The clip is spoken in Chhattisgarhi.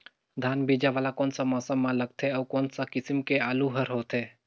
धान बीजा वाला कोन सा मौसम म लगथे अउ कोन सा किसम के आलू हर होथे?